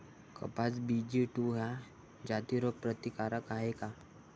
कपास BG two ह्या जाती रोग प्रतिकारक हाये का?